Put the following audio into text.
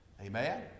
amen